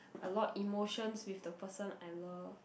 a lot emotions with the person I love